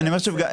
אני אומר שוב,